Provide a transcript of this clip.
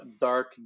dark